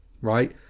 right